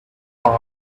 path